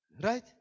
Right